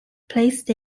placed